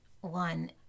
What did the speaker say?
one